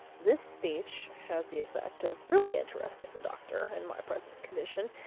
this speech had the effect of really interesting the doctor in my present condition,